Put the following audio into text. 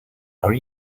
are